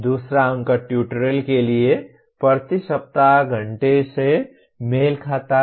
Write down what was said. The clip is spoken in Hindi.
दूसरा अंक ट्यूटोरियल के लिए प्रति सप्ताह घंटे से मेल खाता है